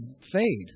fade